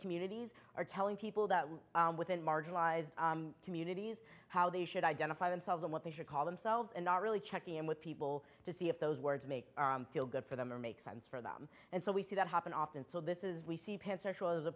communities are telling people that within marginalized communities how they should identify themselves and what they should call themselves and not really checking in with people to see if those words make feel good for them or make sense for them and so we see that happen often so this is